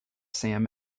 sam